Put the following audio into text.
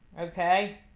okay